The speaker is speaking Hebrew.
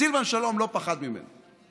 סילבן שלום לא פחד ממנו,